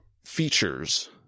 features